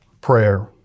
prayer